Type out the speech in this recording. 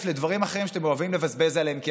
לדברים אחרים שאתם אוהבים לבזבז עליהם כסף,